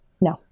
No